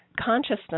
consciousness